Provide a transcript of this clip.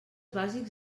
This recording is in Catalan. bàsics